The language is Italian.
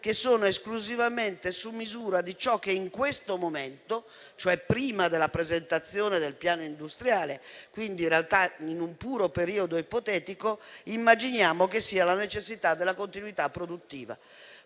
delle norme esclusivamente su misura di ciò che in questo momento, cioè prima della presentazione del piano industriale e quindi in realtà in un puro periodo ipotetico, immaginiamo che sia la necessità della continuità produttiva.